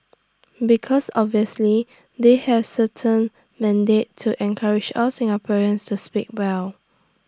because obviously they have certain mandate to encourage all Singaporeans to speak well